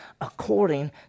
according